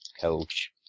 coach